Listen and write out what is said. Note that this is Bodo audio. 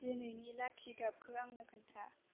दिनैनि लाक्कि गाबखौ आंनो खोनथा